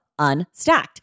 Unstacked